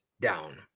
down